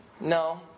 No